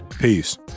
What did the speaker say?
Peace